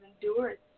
endured